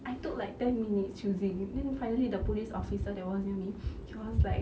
I took like ten minutes choosing then finally the police officer that was with me he was like